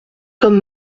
comme